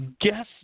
Guess